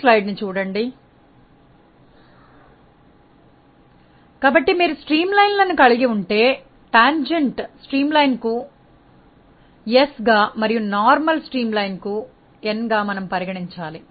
page 8 కాబట్టి మీరు streamline లను కలిగి ఉంటే టాంజన్ట్ స్ట్రీమ్లైన్ కు s గా మరియు నార్మల్ స్ట్రీమ్లైన్ కు n గా మనము పరిగణించాలి